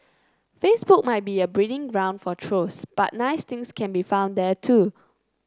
Facebook might be a breeding ground for trolls but nice things can be found there too